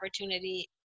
opportunity